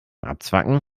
abzwacken